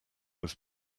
was